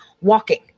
walking